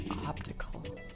optical